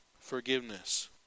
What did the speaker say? forgiveness